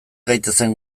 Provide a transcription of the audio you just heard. gaitezen